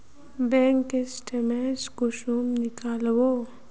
Bank के statement कुंसम नीकलावो?